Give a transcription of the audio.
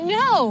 no